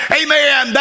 amen